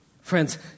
Friends